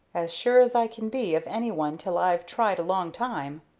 as sure as i can be of any one till i've tried a long time.